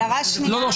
הערה שנייה --- לא לא,